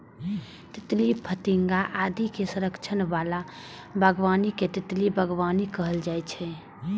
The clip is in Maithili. तितली, फतिंगा आदि के संरक्षण बला बागबानी कें तितली बागबानी कहल जाइ छै